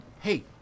Hey